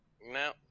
no